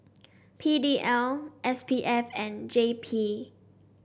P D L S P F and J P